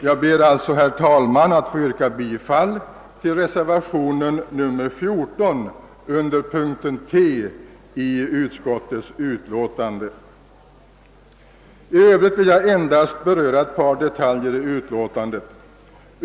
Jag ber, herr talman, att få yrka bifall till reservationen XIV vid moment T i utskottets hemställan. I övrigt vill jag endast beröra ett par detaljer i utlåtandet.